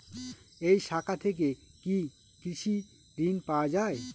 এই শাখা থেকে কি কৃষি ঋণ পাওয়া যায়?